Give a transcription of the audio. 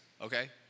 okay